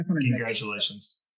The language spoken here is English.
congratulations